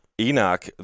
Enoch